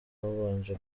habanje